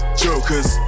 jokers